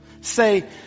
say